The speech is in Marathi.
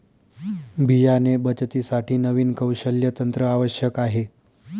बियाणे बचतीसाठी नवीन कौशल्य तंत्र आवश्यक आहे